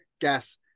gas